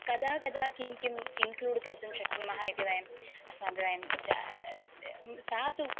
कदा कदा किं किम् इन्क्लूड् कर्तुं शक्नुमः इति वयम् अस्माभिः वयं जा सा तु